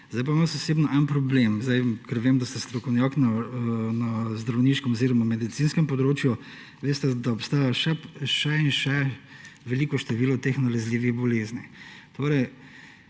Sedaj pa imam osebno en problem, ker vem, da ste strokovnjak na zdravniškem oziroma medicinskem področju. Veste, da obstaja še in še veliko število teh nalezljivih bolezni.